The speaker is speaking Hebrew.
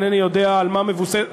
אינני יודע על מה היא מבוססת,